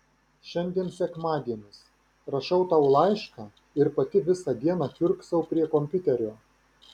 šiandien sekmadienis rašau tau laišką ir pati visą dieną kiurksau prie kompiuterio